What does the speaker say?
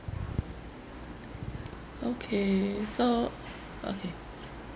okay so okay